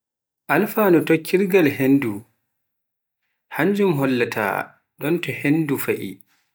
alfanu tokkitgal henndu, hannjum hollata ɗon to heendu fa'i.